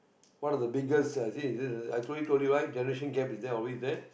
what are the biggest uh see this is I told you right generation gap is there always there